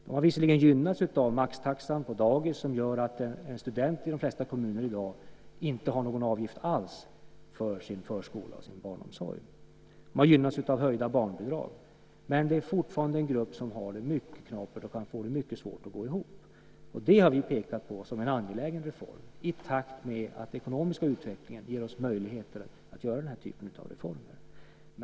De har visserligen gynnats av maxtaxan på dagis, som gör att en student i de flesta kommuner i dag inte har någon avgift alls för sin förskola och sin barnomsorg. De har gynnats av höjda barnbidrag, men det är fortfarande en grupp som har det mycket knapert och som kan få det mycket svårt att gå ihop. Det har vi pekat på som en angelägen reform i takt med att den ekonomiska utvecklingen ger oss möjligheter att göra den typen av reformer.